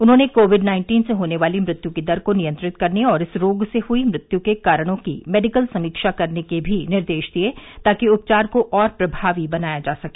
उन्होंने Covid nineteen से होने वाली मृत्यु की दर को नियंत्रित करने और इस रोग से हुई मृत्यु के कारणों की मेडिकल समीक्षा करने के भी निर्देश दिए ताकि उपचार को और प्रभावी बनाया जा सके